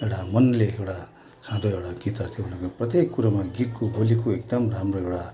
एउटा मनले एउटा खाँदो एउटा गीतहरू थियो उनीहरूको प्रत्येक कुरोमा गीतको बोलीको एकदम राम्रो एउटा